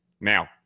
now